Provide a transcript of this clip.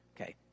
Okay